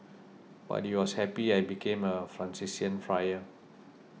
but he was happy I became a Franciscan friar